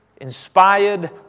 inspired